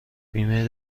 بیمه